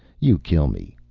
you kill me.